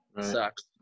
sucks